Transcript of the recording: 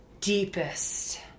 deepest